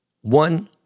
One